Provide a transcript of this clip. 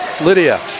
Lydia